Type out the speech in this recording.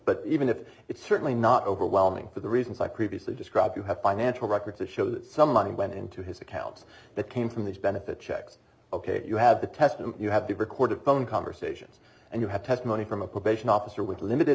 but even if it's certainly not overwhelming for the reasons i previously described you have financial records that show that some money went into his accounts that came from these benefit checks ok you have the test and you have the recorded phone conversations and you have testimony from a probation officer with limited